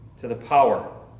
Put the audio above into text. to the power